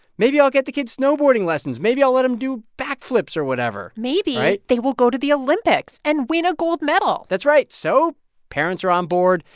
maybe i'll get the kids snowboarding lessons. maybe i'll let them do backflips or whatever maybe. right. they will go to the olympics and win a gold medal that's right. so parents are on board,